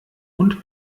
und